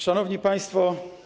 Szanowni Państwo!